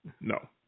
No